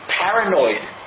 paranoid